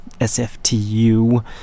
SFTU